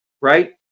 right